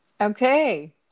Okay